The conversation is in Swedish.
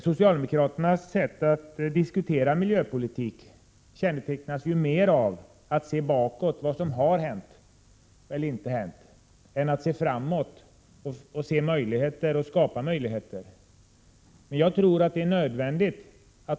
Socialdemokraternas sätt att diskutera miljöpolitik kännetecknas av att de ser bakåt på vad som hänt eller inte hänt i stället för att se framåt och skapa möjligheter.